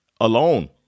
alone